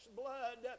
blood